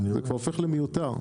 אתה הופך למיותר.